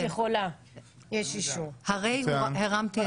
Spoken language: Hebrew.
הצבעה הרוויזיה התקבלה.